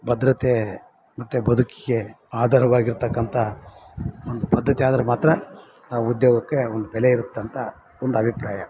ಭದ್ರತೆ ಮತ್ತು ಬದುಕಿಗೆ ಆಧಾರವಾಗಿರ್ತಕ್ಕಂಥ ಒಂದು ಪದ್ದತಿಯಾದರೆ ಮಾತ್ರ ಉದ್ಯೋಗಕ್ಕೆ ಒಂದು ಬೆಲೆ ಇರುತ್ತಂತ ಒಂದು ಅಭಿಪ್ರಾಯ